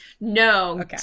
No